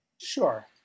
sure